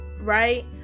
right